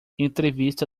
entrevista